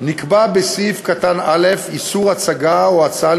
נקבע בסעיף קטן (א) איסור הצגה או הצעה